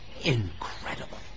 Incredible